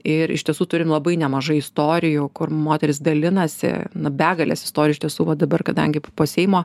ir iš tiesų turim labai nemažai istorijų kur moterys dalinasi na begalės istorijų iš tiesų va dabar kadangi po seimo